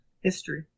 History